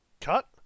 cut